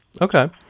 Okay